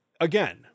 again